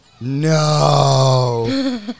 No